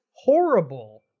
horrible